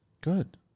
Good